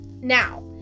Now